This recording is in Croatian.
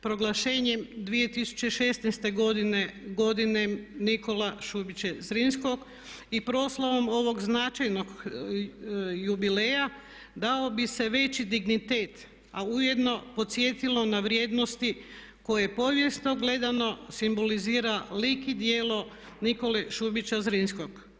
Proglašenjem 2016. godine godinom Nikole Šubića Zrinskog i proslavom ovog značajnog jubileja dao bi se veći dignitet a ujedno podsjetilo na vrijednosti koje povijesno gledano simbolizira lik i djelo Nikole Šubića Zrinskog.